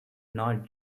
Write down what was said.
not